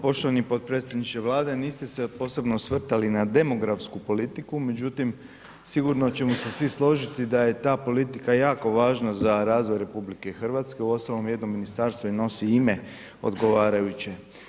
Poštovani potpredsjedniče Vlade, niste se posebno osvrtali na demografsku politiku, međutim, sigurno ćemo se svi složiti da je ta politika jako važna za razvoj RH, uostalom jedno ministarstvo i nosi ime odgovarajuće.